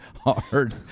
hard